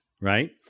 right